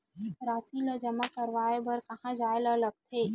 राशि ला जमा करवाय बर कहां जाए ला लगथे